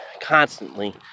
constantly